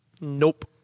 Nope